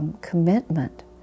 Commitment